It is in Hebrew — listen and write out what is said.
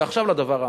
ועכשיו לדבר האמיתי,